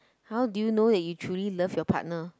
how do you know that you truly love your partner